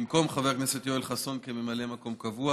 במקום חבר הכנסת יואל חסון כממלא מקום קבוע